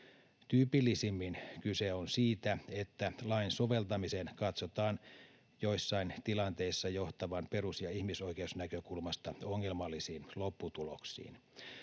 Tyypillisimmin kyse on siitä, että lain soveltamisen katsotaan joissain tilanteissa johtavan perus- ja ihmisoikeusnäkökulmasta ongelmallisiin lopputuloksiin.